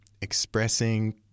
expressing